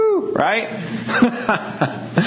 Right